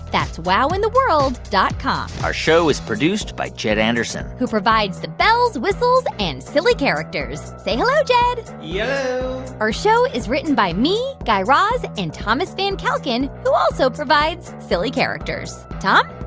that's wowintheworld dot com our show is produced by jed anderson. who provides the bells, whistles and silly characters. say hello, jed yello yeah our show is written by me, guy raz and thomas van kalken, who also provides silly characters. tom?